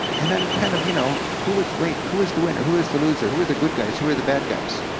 and i'm kind of, you know, who is right, who is the winner, who is the loser, who are the good guys, who are the bad guys?